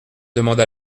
demanda